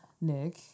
Nick